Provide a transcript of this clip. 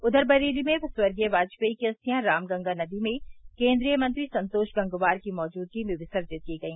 उधर बरेली में स्वर्गीय वाजपेई की अस्थियां रामगंगा नदी में केन्द्रीय मंत्री संतोष गंगवार की मौजूदगी में विसर्जित की गई